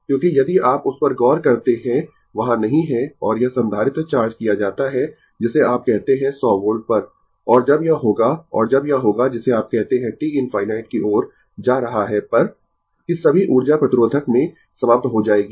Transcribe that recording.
क्योंकि यदि आप उस पर गौर करते है वहाँ नहीं है और यह संधारित्र चार्ज किया जाता है जिसे आप कहते है 100 वोल्ट पर और जब यह होगा और जब यह होगा जिसे आप कहते है t ∞ की ओर जा रहा है पर कि सभी ऊर्जा प्रतिरोधक में समाप्त हो जाएगी